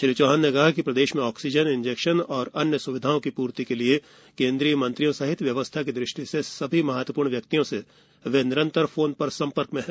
श्री चौहान ने कहा कि प्रदेश में ऑक्सीजन इंजेक्शन और अन्य स्विधाओं के पूर्ति के लिए केन्द्रीय मंत्रियों सहित व्यवस्था की दृष्टि से महत्वपूर्ण सभी व्यक्तियों से वे निरंतर फोन पर संपर्क में है